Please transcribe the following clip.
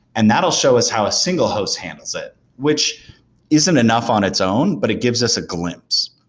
and that'll show us how a single host handles it, which isn't enough on its own, but it gives us a glimpse.